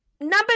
Number